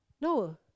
No